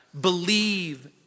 believe